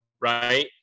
right